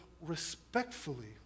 respectfully